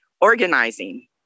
organizing